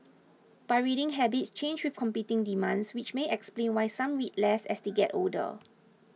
but reading habits change with competing demands which may explain why some read less as they get older